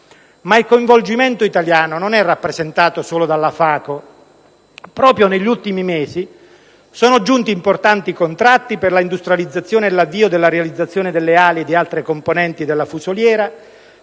Ma il coinvolgimento italiano non è rappresentato solo dalla FACO. Proprio negli ultimi mesi sono giunti importanti contratti per l'industrializzazione e l'avvio della realizzazione delle ali e di altre componenti della fusoliera